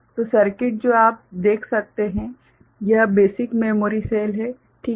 तो सर्किट जो आप देख सकते हैं यह बेसिक मेमोरी सेल है ठीक है